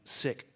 sick